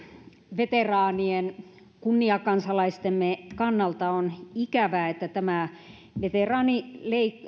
veteraanien kunniakansalaistemme kannalta on ikävää että tämä